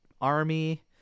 army